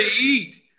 eat